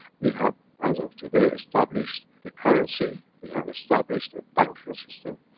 we have, as of today, established a currency, we have established a banking system,